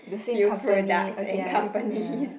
the same company okay ya ya